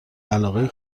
علاقهای